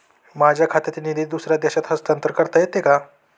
माझ्या खात्यातील निधी दुसऱ्या देशात हस्तांतर करता येते का?